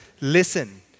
Listen